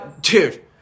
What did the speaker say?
dude